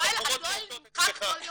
כולל